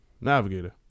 navigator